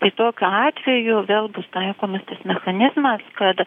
tai tokiu atveju vėl bus taikomas tas mechanizmas kad